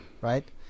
Right